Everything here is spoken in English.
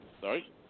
Sorry